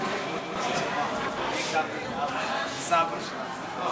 בבקשה,